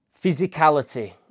Physicality